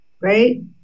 right